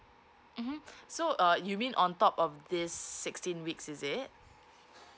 mmhmm so uh you mean on top of this sixteen weeks is it